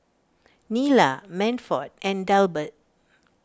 Nila Manford and Delbert